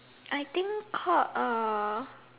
I think called uh